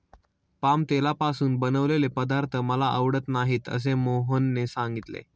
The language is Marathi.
पाम तेलापासून बनवलेले पदार्थ मला आवडत नाहीत असे मोहनने सांगितले